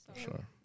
Sure